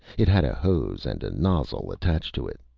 it had a hose and a nozzle attached to it.